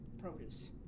produce